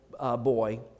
boy